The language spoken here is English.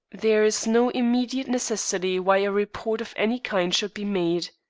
there is no immediate necessity why a report of any kind should be made.